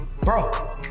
bro